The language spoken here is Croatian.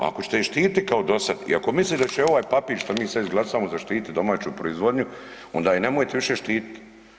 Ako ćete je štititi kao i dosad i ako mislite da će ovaj papir što mi sad izglasamo zaštititi domaću proizvodnju, onda je nemojte više štititi.